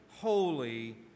holy